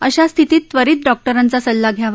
अशा स्थितीत त्वरित डॉक्टरांचा सल्ला घ्यावा